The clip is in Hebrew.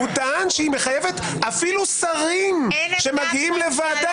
הוא טען שהיא מחייבת אפילו שרים שמגיעים לוועדת